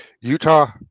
Utah